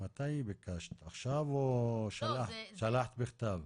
עכשיו או שלחת מכתב?